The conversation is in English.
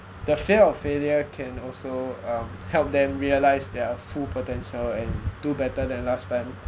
the fear of failure can also um help them realise their full potential and do better than last time